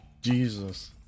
Jesus